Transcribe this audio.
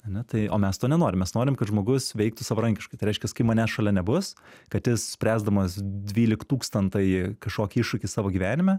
ane tai o mes to nenorim mes norim kad žmogus veiktų savarankiškai reiškias kai manęs šalia nebus kad jis spręsdamas dvyliktūkstatąjį kažkokį iššūkį savo gyvenime